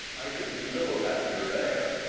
i could be little happier there.